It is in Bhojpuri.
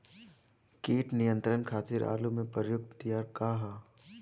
कीट नियंत्रण खातिर आलू में प्रयुक्त दियार का ह?